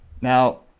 Now